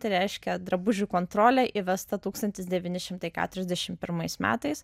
tai reiškia drabužių kontrolė įvesta tūkstantis devyni šimtai keturiasdešim pirmais metais